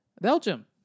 Belgium